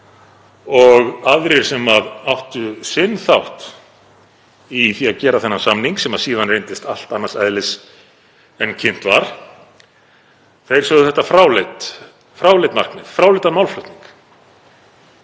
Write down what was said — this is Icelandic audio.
Aðrir sem áttu sinn þátt í því að gera þennan samning, sem síðan reyndist allt annars eðlis en kynnt var, sögðu þetta fráleitt markmið, fráleitan málflutning.